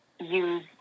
use